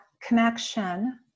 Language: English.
connection